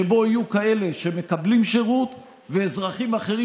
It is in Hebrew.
שבו יהיו כאלה שמקבלים שירות ואזרחים אחרים,